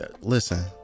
listen